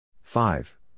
Five